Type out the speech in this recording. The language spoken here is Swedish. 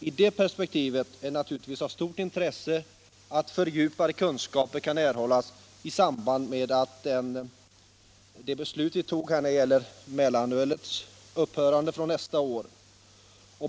I det perspektivet är det naturligtvis av stort intresse att fördjupade kunskaper kan erhållas i samband med verkställandet av det beslut som fattats om mellanölets upphörande nästa år.